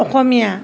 অসমীয়া